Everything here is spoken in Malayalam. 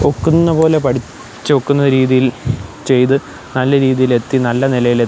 ഒക്കുന്ന പോലെ പഠിച്ചു ഒക്കുന്ന രീതിയിൽ ചെയ്തു നല്ല രീതിയിൽ എത്തി നല്ല നിലയിൽ